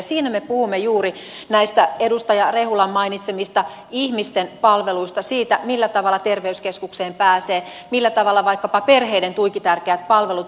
siinä me puhumme juuri näistä edustaja rehulan mainitsemista ihmisten palveluista siitä millä tavalla terveyskeskukseen pääsee millä tavalla vaikkapa perheiden tuiki tärkeät palvelut saadaan toimimaan